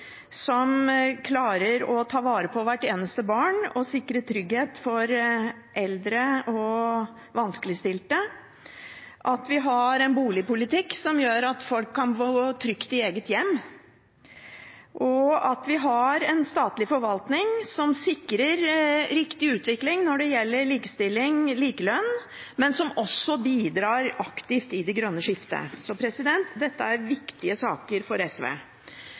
som klarer å ta vare på hvert eneste barn og sikre trygghet for eldre og vanskeligstilte, om at vi har en boligpolitikk som gjør at folk kan bo trygt i eget hjem, og om at vi har en statlig forvaltning som sikrer riktig utvikling når det gjelder likestilling og likelønn, men som også bidrar aktivt i det grønne skiftet. Så dette er viktige saker for SV.